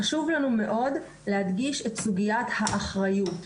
חשוב לנו מאוד להדגיש את סוגיית האחריות.